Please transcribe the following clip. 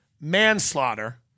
manslaughter